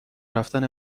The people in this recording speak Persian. رفتن